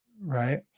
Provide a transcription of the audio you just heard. right